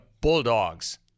Bulldogs